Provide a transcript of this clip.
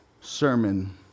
sermon